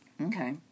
okay